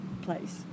place